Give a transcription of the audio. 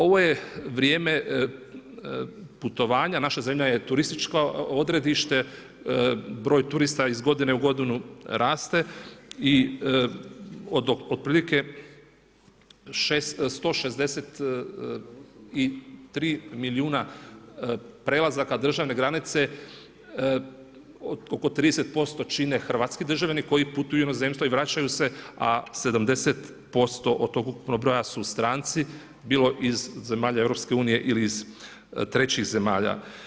Ovo je vrijeme putovanja, naša zemlja je turističko odredište, broj turista iz godine u godinu raste i otprilike 163 milijuna prelazaka državne granice oko 30% čine hrvatski državljani koji putuju u inozemstvo i vraćaju se a 70% tog ukupnog broja su stranci, bilo iz zemalja EU ili iz trećih zemalja.